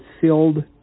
sealed